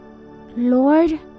Lord